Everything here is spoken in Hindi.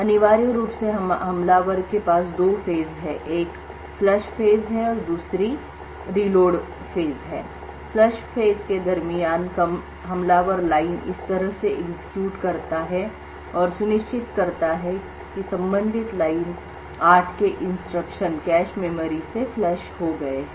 अनिवार्य रूप से हमलावर के पास दो फेस है एक फ्लश फेस है और दूसरी रीलोड फेस phase चरण है फ्लश फेस के दरमियान हमलावर लाइन इस तरह से एग्जीक्यूट करता है और सुनिश्चित करता है संबंधित लाइन 8 के इंस्ट्रक्शन कैश मेमोरी से फ्लश हो गए हैं